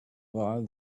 while